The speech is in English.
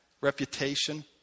reputation